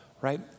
right